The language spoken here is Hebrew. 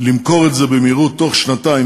למכור את זה במהירות תוך שנתיים,